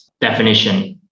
definition